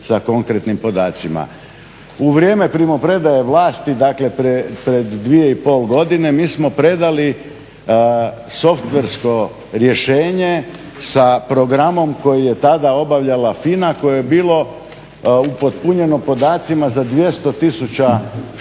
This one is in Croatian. U vrijeme primopredaje vlasti, dakle pred 2,5 godine, mi smo predali softversko rješenje sa programom koji je tada obavljala FINA koje je bilo upotpunjeno podacima za 200 tisuća